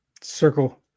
Circle